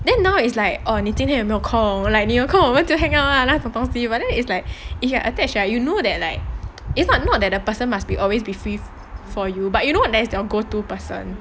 then now is like oh 你今天有没有空 like 你有空我们就 hang out lah 那种东西 but then is like if you attach right you know that like it's not not that the person must be always be free for you but you know that that is your go to person